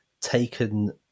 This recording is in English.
Taken